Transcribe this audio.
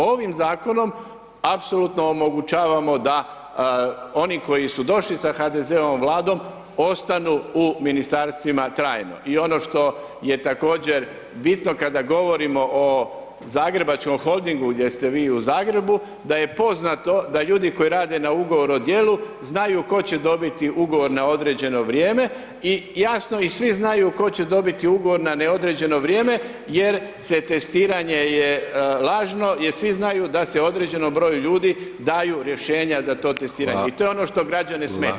Ovim zakonom apsolutno omogućavamo da oni koji su došli sa HDZ-ovom vladom, ostaju u ministarstvima trajno i ono što je također bitno, kada govorimo o Zagrebačkom holdingu gdje ste vi u Zagrebu, da je poznato da ljudi koji rade na ugovor o dijelu, znaju tko će dobiti ugovor na određeno vrijeme i jasno i svi znaju tko će dobiti ugovor na neodređeno vrijeme, jer se testiranje je lažno, jer svi znaju da se određenom broju ljudi daju rješenja za to testiranje i to je ono što građane smeta.